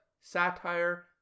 satire